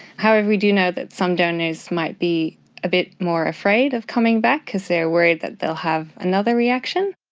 however, we do know that some donors might be a bit more afraid of coming back because they are worried that they will have another reaction.